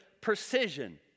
precision